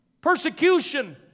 Persecution